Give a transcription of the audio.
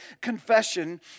confession